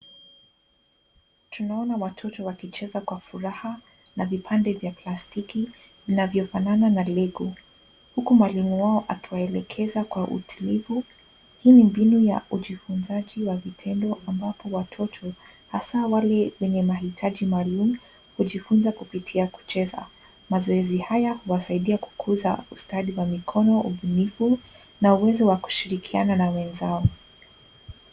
Tunaona watoto wakicheza kwa furaha na vipande vya plastiki vinavyofanana na lego, huku mwalimu wao awaelekeza kwa utulivu. Hii ni mbinu ya ujifunzaji wa vitendo ambapo watoto, hasa wale wenye mahitaji maalum, hujifunza kupitia kucheza. Mazoezi haya huwasaidia kukuza ustadi wa mikono, ubunifu na uwezo wa kushirikiana na wenzao.